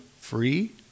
Free